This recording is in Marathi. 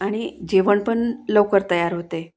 आणि जेवण पण लवकर तयार होते